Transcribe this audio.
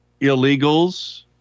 illegals